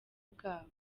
bwabo